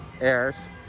airs